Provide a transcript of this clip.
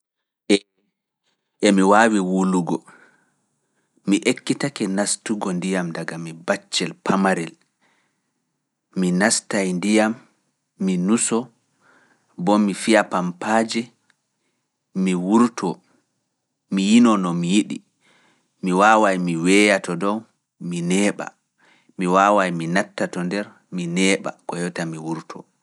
Eh! mi ekkitake wuulugo diga mi baccel. Mi wawai mi nasta mi wula, mi nuso mi yino mi wurto jam